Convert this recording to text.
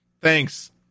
Thanks